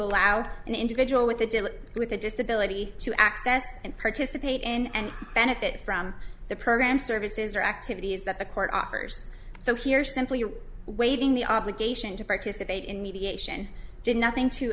allow an individual with a deal with a disability to access and participate in and benefit from the program services or activities that the court offers so here simply waiving the obligation to participate in mediation did nothing to